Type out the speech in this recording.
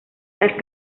las